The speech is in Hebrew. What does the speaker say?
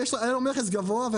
היום המכס גבוה,